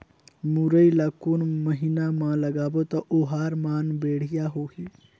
मुरई ला कोन महीना मा लगाबो ता ओहार मान बेडिया होही?